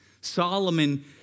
Solomon